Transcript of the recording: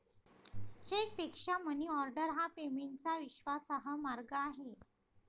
चेकपेक्षा मनीऑर्डर हा पेमेंटचा विश्वासार्ह मार्ग आहे